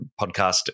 podcast